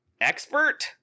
expert